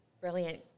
brilliant